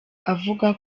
avuga